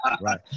right